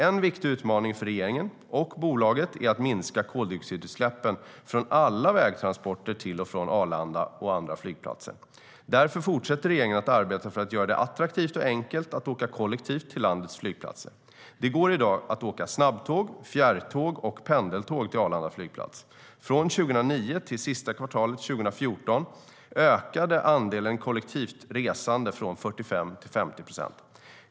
En viktig utmaning för regeringen och bolaget är att minska koldioxidutsläppen från alla vägtransporter till och från Arlanda och andra flygplatser. Därför fortsätter regeringen att arbeta för att göra det attraktivt och enkelt att åka kollektivt till landets flygplatser. Det går i dag att åka snabbtåg, fjärrtåg och pendeltåg till Arlanda flygplats. Från 2009 till sista kvartalet 2014 ökade andelen kollektivt resande från 45 till 50 procent.